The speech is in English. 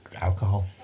Alcohol